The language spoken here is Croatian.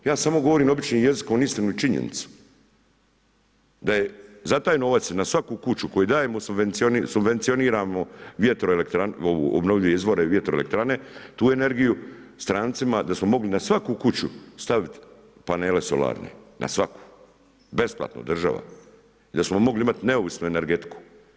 Ja samo govorim običnim jezikom istinu i činjenicu da je za taj novac na svaku kuću koju dajemo subvencioniramo vjetroelektrane, ove obnovljive izvore vjetroelektrane, tu energiju strancima, da smo mogli na svaku kuću staviti panele solarne, na svaku, besplatno država i da smo mogli imati neovisnu energetiku.